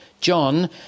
John